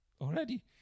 Already